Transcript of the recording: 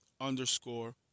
Underscore